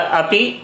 api